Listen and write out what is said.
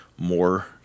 more